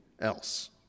else